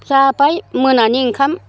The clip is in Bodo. जाबाय मोनानि ओंखाम